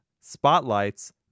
Spotlights